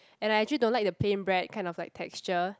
and I actually don't like the plain bread kind of like texture